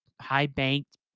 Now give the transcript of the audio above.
high-banked